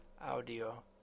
Audio